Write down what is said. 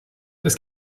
das